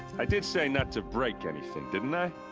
i did say not to break anything, didn't